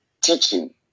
teaching